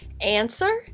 Answer